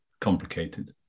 complicated